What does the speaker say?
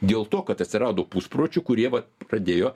dėl to kad atsirado puspročių kurie vat pradėjo